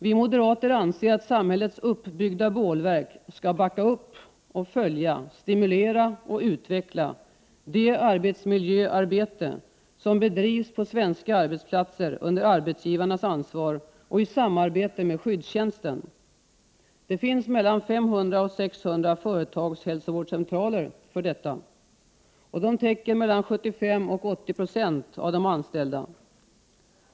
Vi moderater anser, att samhällets uppbyggda bålverk skall backa upp och följa, stimulera och utveckla det arbetsmiljöarbete som bedrivs på svenska arbetsplatser under arbetsgivarnas ansvar och i samarbete med skyddstjänsten. Det finns mellan 500 och 600 företagshälsovårdscentraler för detta. De täcker mellan 75 och 80 96 av de anställda.